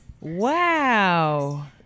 wow